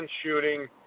shooting